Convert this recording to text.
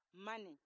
money